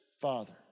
father